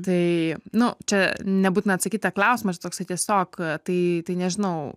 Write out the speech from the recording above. tai nu čia nebūtina atsakyt į tą klausimą čia toksai tiesiog tai nežinau